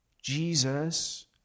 Jesus